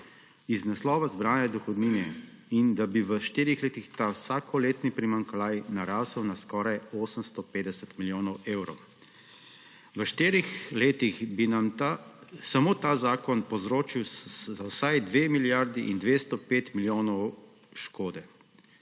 iz naslova zbrane dohodnine in da bi v štirih letih ta vsakoletni primanjkljaj narastel na skoraj 850 milijonov evrov. V štirih letih bi nam samo ta zakon povzročil za vsaj 2 milijardi in 205 milijonov škode.